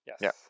yes